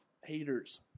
haters